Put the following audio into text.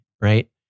right